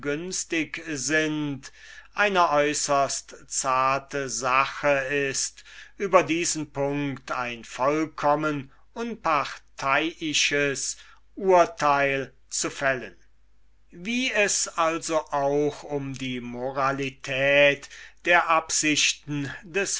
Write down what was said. sind eine äußerst delicate sache ist über diesen punkt ein vollkommen unparteiisches urteil zu fällen wie es also auch um die moralität der absichten des